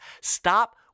Stop